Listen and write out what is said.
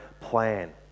plan